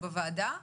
בוקר טוב,